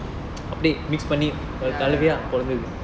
ya ya ya